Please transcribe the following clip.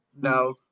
No